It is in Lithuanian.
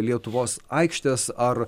lietuvos aikštės ar